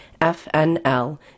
FNL